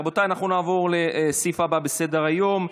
רבותיי, אנחנו נעבור לסעיף הבא בסדר-היום.